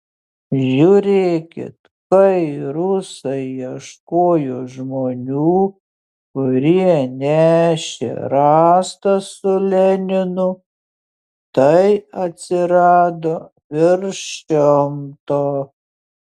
žiūrėkit kai rusai ieškojo žmonių kurie nešė rastą su leninu tai atsirado virš šimto